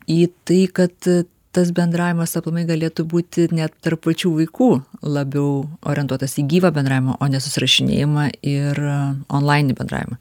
į tai kad tas bendravimas aplamai galėtų būti net tarp pačių vaikų labiau orientuotas į gyvą bendravimą o ne susirašinėjimą ir onlainį bendravimą